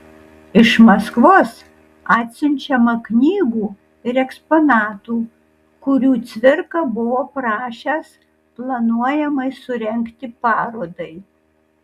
iš maskvos atsiunčiama knygų ir eksponatų kurių cvirka buvo prašęs planuojamai surengti parodai